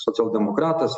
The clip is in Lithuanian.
socialdemokratas ar